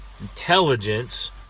intelligence